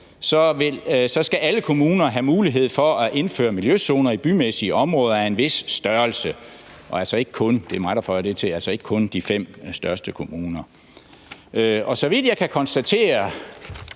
så skal alle kommuner have mulighed for at indføre miljøzoner i bymæssige områder af en vis størrelse og altså ikke kun – det er mig, der føjer det til – de fem største kommuner. Så vidt jeg kan konstatere,